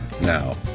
now